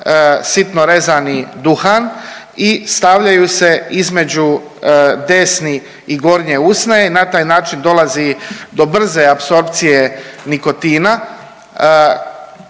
sitno rezani duhan i stavljaju se između desni i gornje usne i na taj način dolazi do brze apsorpcije nikotina.